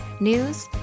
news